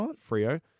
Frio